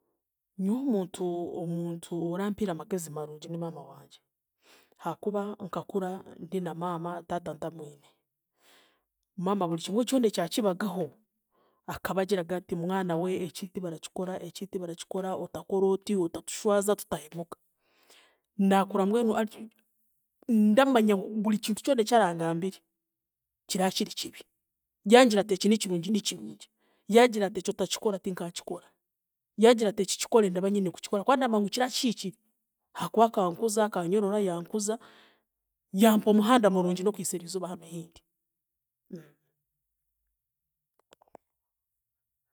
Nyowe omuntu, omuntu orampiire amagezi marungi ni maama wangye. Hakuba nkakura ndi na maama taata ntamwine, maama buri kimwe kyona ekya kibagaho, akaba agiraga ati mwana we eki tibarakikora, eki tibarakikora, otakora oti, otatushwaza, tutahemuka. Naakura mbwenu ndamanya ari buri kintu kyona ekyarangambire, kira kiri kibi. Yangira ati eki nikirungi, nikirungi, yaagira ati eki otakikora ti nkaakikora, yaagira ati eki kikore ndaba nyine kukikora kuba ndamanya ngu kira kihire ahaakuba aka nkuza, akanyorora yankuza yampa omuhanda murungi n'okuhisa eriizooba hanu ahindi.